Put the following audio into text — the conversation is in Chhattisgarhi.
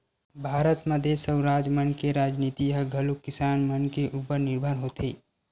भारत म देस अउ राज मन के राजनीति ह घलोक किसान मन के उपर निरभर होथे